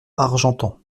argentan